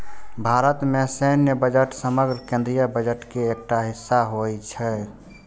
भारत मे सैन्य बजट समग्र केंद्रीय बजट के एकटा हिस्सा होइ छै